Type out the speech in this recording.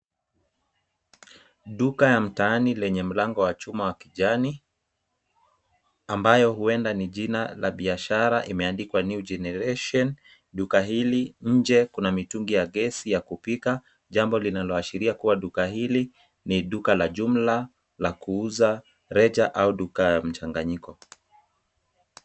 Duka ya mtaani lenye mlango wa chuma wa kijani. Ambayo huenda ni jina la biashara imeandikwa. New Generation duka hili nje kuna mitungi ya gesi ya kupika, jambo linaloashiria kuwa duka hili ni duka la jumla la kuuza reja au duka ya mchanganyiko.